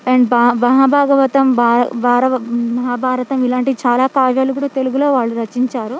and భా మహాభాగవతం భా భారవ మహాభారతం ఇలాంటివి చాలా కావ్యాలు కూడా తెలుగులో వాళ్ళు రచించారు